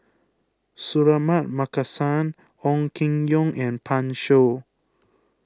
Suratman Markasan Ong Keng Yong and Pan Shou